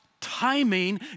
timing